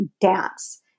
dance